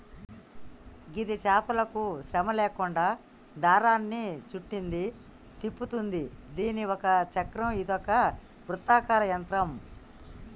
గిది చేతులకు శ్రమ లేకుండా దారాన్ని సుట్టుద్ది, తిప్పుతుంది దీని ఒక చక్రం ఇదొక వృత్తాకార యంత్రం